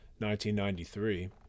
1993